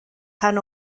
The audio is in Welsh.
pan